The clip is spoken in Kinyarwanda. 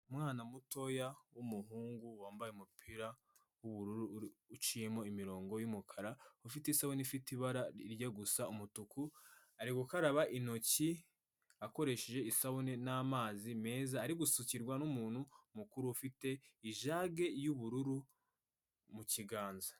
Umwana mutoya w'umuhungu wambaye umupira w'ubururu ucimo imirongo y'umukara ufite isabune ifite ibara rijya gusa umutuku ari gukaraba intoki akoresheje isabune n'amazi meza ari gusukirwa n'umuntu mukuru ufite ijage y'ubururu mukiganza.